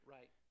Right